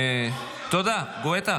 תודה, גואטה.